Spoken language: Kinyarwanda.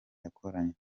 yakoranywe